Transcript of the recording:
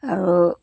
আৰু